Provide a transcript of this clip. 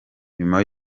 nyuma